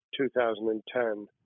2010